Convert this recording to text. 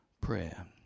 prayer